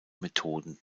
methoden